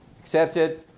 accepted